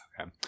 Okay